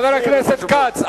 חבר הכנסת כץ,